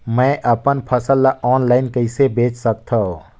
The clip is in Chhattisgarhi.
मैं अपन फसल ल ऑनलाइन कइसे बेच सकथव?